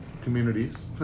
communities